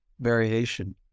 variation